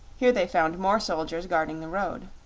here they found more soldiers guarding the road.